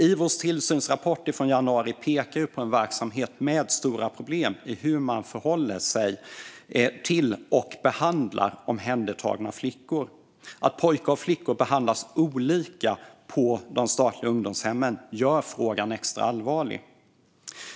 Ivos tillsynsrapport från i januari pekar på en verksamhet med stora problem med hur man förhåller sig till och behandlar omhändertagna flickor. Att pojkar och flickor behandlas olika på de statliga ungdomshemmen gör frågan extra allvarlig.